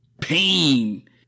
pain